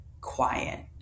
quiet